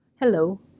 Hello